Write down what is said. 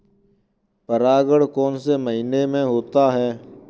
परागण कौन से महीने में होता है?